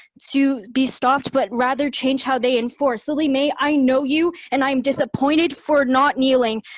to be stopped, but rather change how they enforce. lily mei, i know you and i'm disappointed for not kneeling,